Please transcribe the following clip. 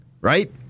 Right